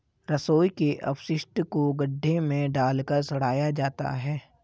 रसोई के अपशिष्ट को गड्ढे में डालकर सड़ाया जाता है